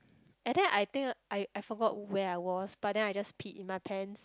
and then I think I I forgot where I was but then I just peed in my pants